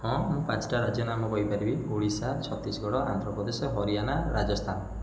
ହଁ ମୁଁ ପାଞ୍ଚଟା ରାଜ୍ୟ ନାମ କହିପାରିବି ଓଡ଼ିଶା ଛତିଶଗଡ଼ ଆନ୍ଧ୍ରପ୍ରଦେଶ ହରିୟାଣା ରାଜସ୍ତାନ